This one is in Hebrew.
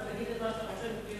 אז תגיד את מה שאתה רוצה לא,